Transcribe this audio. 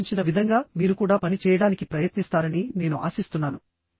నేను సూచించిన విధంగా మీరు కూడా పని చేయడానికి ప్రయత్నిస్తారని నేను ఆశిస్తున్నాను